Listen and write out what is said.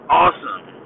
awesome